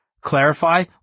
clarify